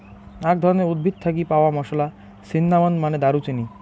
আক ধরণের উদ্ভিদ থাকি পাওয়া মশলা, সিন্নামন মানে দারুচিনি